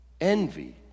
Envy